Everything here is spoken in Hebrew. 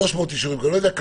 300 אישורים כאלה.